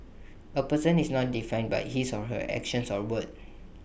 A person is not defined by his or her actions or words